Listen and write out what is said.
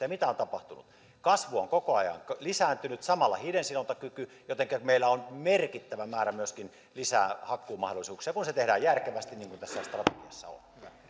ja mitä on tapahtunut kasvu on koko ajan lisääntynyt samalla hiilensidontakyky jotenka meillä on merkittävä määrä myöskin lisää hakkuumahdollisuuksia kun hakkuut tehdään järkevästi niin kuin tässä strategiassa